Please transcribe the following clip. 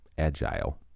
Agile